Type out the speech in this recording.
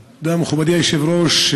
תודה, מכובדי היושב-ראש.